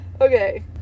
Okay